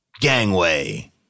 Gangway